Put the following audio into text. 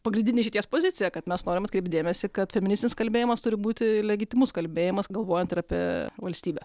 pagrindinė išeities pozicija kad mes norim atkreipti dėmesį kad feministis kalbėjimas turi būti legitimus kalbėjimas galvojant ir apie valstybę